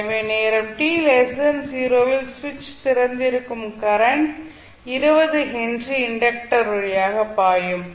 எனவே நேரம் t 0 இல் சுவிட்ச் திறந்திருக்கும் கரண்ட் 20 ஹென்றி இண்டக்டர் வழியாக பாயும்